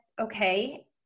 okay